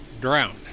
drowned